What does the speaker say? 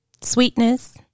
sweetness